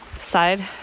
Side